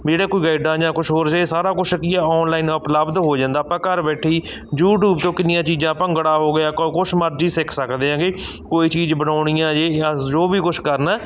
ਵੀ ਜਿਹੜੇ ਕੋਈ ਗਾਈਡਾਂ ਜਾਂ ਕੁਛ ਹੋਰ ਇਹ ਸਾਰਾ ਕੁਛ ਕੀ ਆ ਆਨਲਾਈਨ ਉਪਲੱਬਧ ਹੋ ਜਾਂਦਾ ਆਪਾਂ ਘਰ ਬੈਠੇ ਹੀ ਯੂਟੀਊਬ 'ਚੋਂ ਕਿੰਨੀਆਂ ਚੀਜ਼ਾਂ ਭੰਗੜਾ ਹੋ ਗਿਆ ਕ ਕੁਛ ਮਰਜ਼ੀ ਸਿੱਖ ਸਕਦੇ ਹੈਗੇ ਕੋਈ ਚੀਜ਼ ਬਣਾਉਣੀ ਆ ਜੋ ਵੀ ਕੁਛ ਕਰਨਾ